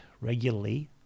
regularly